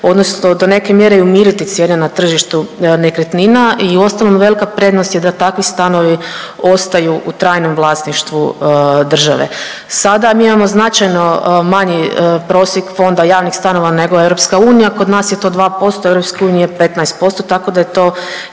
odnosno do neke mjere i umiriti cijene na tržištu nekretnina i uostalom velika prednost je da takvi stanovi ostaju u trajnom vlasništvu države. Sada mi imamo značajno manji prosjek fonda javnih stanova nego EU. Kod nas je to 2% u EU je 15% tako da je to